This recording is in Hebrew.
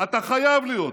אתה חייב להיות פה,